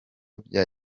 bya